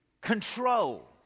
control